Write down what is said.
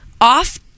off